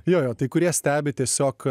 jo jo tai kurie stebi tiesiog